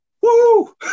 Woo